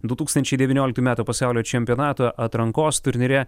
du tūkstančiai devynioliktų metų pasaulio čempionato atrankos turnyre